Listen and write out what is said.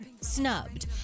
snubbed